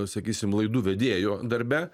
sakysim laidų vedėjo darbe